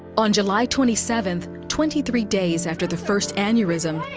on july twenty seventh, twenty three days after the first aneurysm,